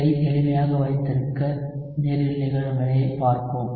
இதை எளிமையாக வைத்திருக்க நீரில் நிகழும் வினையைப் பார்ப்போம்